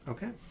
Okay